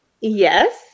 Yes